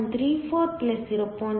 34 0